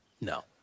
No